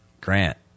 Grant